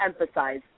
emphasize